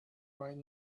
right